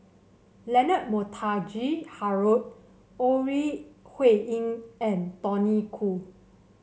Leonard Montague Harrod Ore Huiying and Tony Khoo